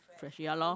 fresh ya loh